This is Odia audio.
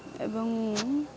ଏବଂ